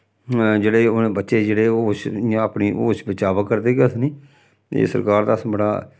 जेह्ड़े हून बच्चे जेह्ड़े होश इ'यां अपनी होश बिच्च आवा करदे केह् आखदे नी एह् सरकार दा अस बड़ा